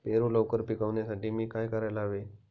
पेरू लवकर पिकवण्यासाठी मी काय करायला हवे?